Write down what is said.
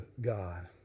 God